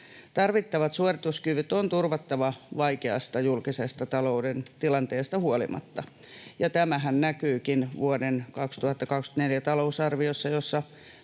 Tarvittavat suorituskyvyt on turvattava vaikeasta julkisen talouden tilanteesta huolimatta, ja tämähän näkyykin vuoden 2024 talousarviossa, jossa